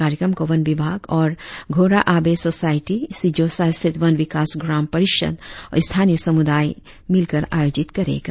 कार्यक्रम को वन विभाग और घोरा आभे सोसायटी सिजोसा स्थित वन विकास ग्राम परिषद और स्थानीय समुदाय मिलकर आयोजित करेगा